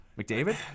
McDavid